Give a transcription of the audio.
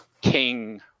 king